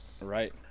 Right